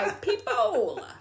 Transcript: people